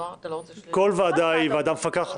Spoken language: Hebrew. כל ועדה היא ועדה מפקחת.